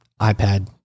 iPad